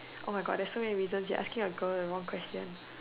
oh my god there are so many reasons you are asking a girl the wrong question